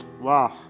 Wow